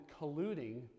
colluding